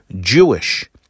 Jewish